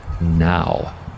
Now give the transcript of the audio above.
now